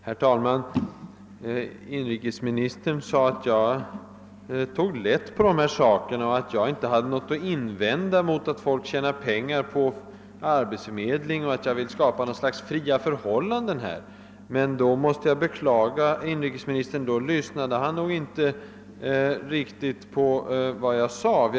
Herr talman! Inrikesministern sade att jag tar lätt på dessa frågor. Han menade att jag inte skulle ha något att invända mot att folk tjänar pengar på arbetsförmedling och att jag vill skapa något slags fria förhållanden på detta område. Inrikesministern lyssnade nog inte riktigt på vad jag sade.